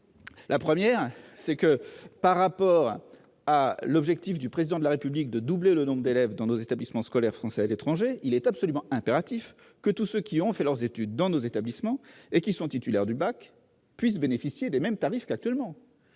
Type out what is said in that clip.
parlementaire, c'est le G7 ... Au regard de l'objectif du Président de la République de doubler le nombre d'élèves dans les établissements scolaires français à l'étranger, il est absolument impératif que tous ceux ayant fait leurs études dans nos établissements et qui sont titulaires du baccalauréat puissent bénéficier des mêmes tarifs qu'actuellement.